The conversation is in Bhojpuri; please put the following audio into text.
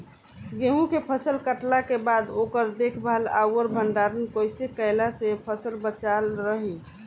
गेंहू के फसल कटला के बाद ओकर देखभाल आउर भंडारण कइसे कैला से फसल बाचल रही?